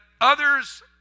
others